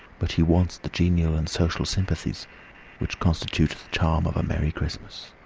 but he wants the genial and social sympathies which constitute the charm of a merry christmas.